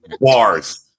Bars